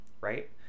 right